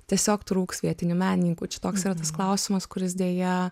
tiesiog trūks vietinių menininkų čia toks yra tas klausimas kuris deja